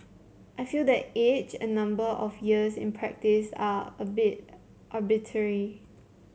I feel that age and number of years in practice are a bit arbitrary